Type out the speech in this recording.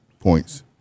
points